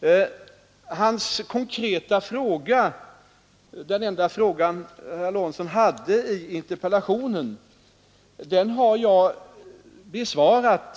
Den konkreta fråga, som herr Lorentzon ställde i interpellationen, har jag besvarat.